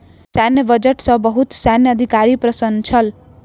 सैन्य बजट सॅ बहुत सैन्य अधिकारी प्रसन्न छल